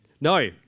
No